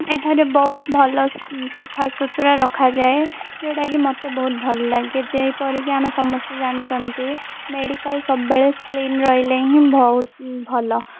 ଏଠାରେ ବହୁତ ଭଲ ସଫାସୁତୁରା ରଖାଯାଏ ଯେଉଁଟାକି ମୋତେ ବହୁତ ଭଲ ଲାଗେ ଯେହିପରିକି ଆମେ ସମସ୍ତେ ଜାଣିଛନ୍ତି ମେଡ଼ିକାଲ୍ ସବୁବେଳେ କ୍ଲିନ୍ ରହିଲେ ହିଁ ବହୁତ ଭଲ